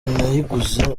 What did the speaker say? nayiguze